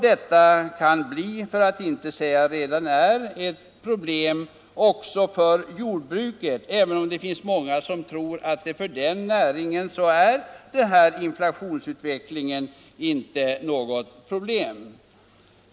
Det kan bli — för att inte säga att det redan är det — ett problem också inom jordbruket, även om det finns många som tror att inflationsutvecklingen för den näringen inte är något problem.